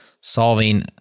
solving